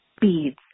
beads